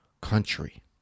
country